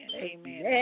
Amen